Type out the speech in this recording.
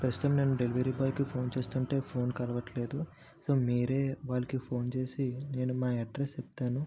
ప్రస్తుతం నేను delivery boy కి ఫోన్ చేస్తుంటే ఫోన్ కలవట్లేదు సో మీరే వాళ్లకి ఫోన్ చేసి నేను మా అడ్రస్ చెప్తాను